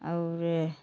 और